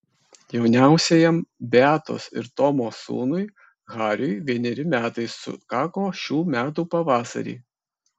jauniausiajam beatos ir tomo sūnui hariui vieneri metai sukako šių metų pavasarį